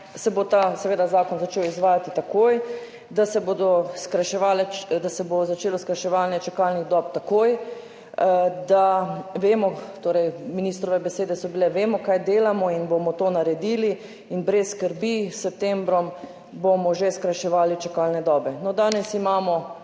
se bo ta zakon začel izvajati takoj, da se bo začelo skrajševanje čakalnih dob takoj. Torej, ministrove besede so bile, »vemo, kaj delamo, in bomo to naredili, in brez skrbi, s septembrom bomo že skrajševali čakalne dobe«. No, danes imamo